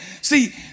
See